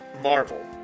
Marvel